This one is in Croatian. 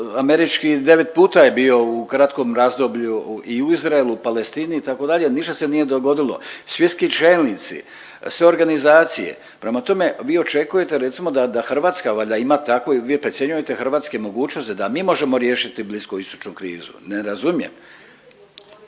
američki devet puta je bio u kratkom razdoblju i u Izraelu, Palestini itd. ništa se nije dogodilo, svjetski čelnici, sve organizacije. Prema tome, vi očekujete recimo da Hrvatska valjda ima takvu vi procjenjujete hrvatske mogućnosti da mi možemo riješiti bliskoistočnu krizu. Ne razumijem.